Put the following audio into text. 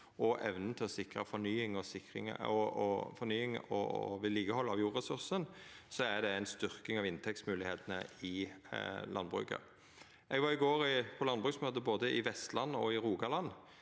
og til å sikra fornying og vedlikehald av jordressursane, er det ei styrking av inntektsmoglegheitene i landbruket. Eg var i går på landbruksmøte både i Vestland og i Rogaland.